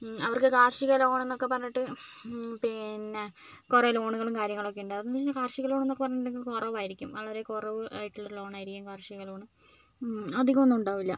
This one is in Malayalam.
അവർക്ക് കാർഷിക ലോണന്നൊക്കെ പറഞ്ഞിട്ട് പിന്നെ കുറെ ലോണുകളും കാര്യങ്ങളൊക്കെ ഉണ്ട് അതെന്താന്ന് വെച്ചു കഴിഞ്ഞാൽ കാർഷിക ലോണന്നൊക്കെ പറഞ്ഞിട്ടുണ്ടെങ്കിൽ കുറവായിരിക്കും വളരെ കുറവ് ആയിട്ടുള്ള ലോണായിരിക്കും കാർഷിക ലോണ് അധികമൊന്നും ഉണ്ടാവില്ല